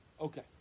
Okay